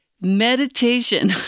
meditation